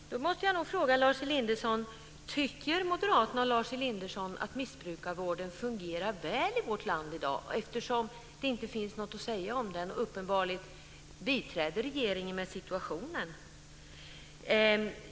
Fru talman! Då måste jag nog fråga Lars Elinderson: Tycker Moderaterna och Lars Elinderson att missbrukarvården fungerar väl i vårt land i dag, eftersom det inte finns något att säga om den, utan man uppenbarligen kan biträda regeringen i den här situationen?